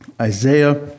Isaiah